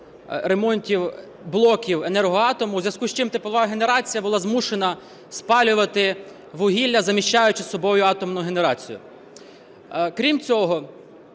ремонтів блоків "Енергоатому", у зв'язку з чим теплова генерація була змушена спалювати вугілля, заміщаючи собою атомну генерацію. Крім цього,